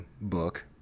book